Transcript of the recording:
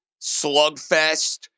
slugfest